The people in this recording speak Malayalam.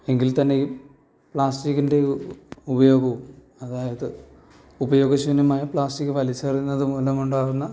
എങ്കിൽ തന്നെയും പ്ലാസ്റ്റിക്കിൻ്റെ ഉപയോഗവും അതായത് ഉപയോഗ ശൂന്യമായ പ്ലാസ്റ്റിക്ക് വലിച്ചെറിയുന്നത് മൂലമുണ്ടാകുന്ന